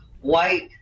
white